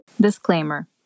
Disclaimer